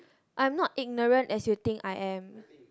I am not ignorant as you think I am